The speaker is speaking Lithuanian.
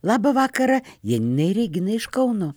labą vakarą janinai reginai iš kauno